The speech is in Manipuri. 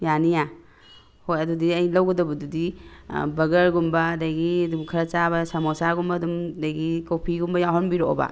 ꯌꯥꯅꯤꯌꯦ ꯍꯣꯏ ꯑꯗꯨꯗꯤ ꯑꯩꯅ ꯂꯧꯒꯗꯕꯗꯨꯗꯤ ꯕꯒꯔꯒꯨꯝꯕ ꯑꯗꯒꯤ ꯑꯗꯨꯝ ꯈꯔ ꯆꯥꯕ ꯁꯃꯣꯁꯥꯒꯨꯝꯕ ꯑꯗꯨꯝ ꯑꯗꯒꯤ ꯀꯣꯐꯤꯒꯨꯝꯕ ꯌꯥꯎꯍꯟꯕꯤꯔꯛꯑꯣꯕ